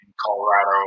Colorado